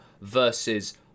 versus